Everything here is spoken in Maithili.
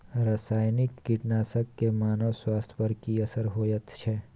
रसायनिक कीटनासक के मानव स्वास्थ्य पर की असर होयत छै?